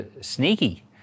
sneaky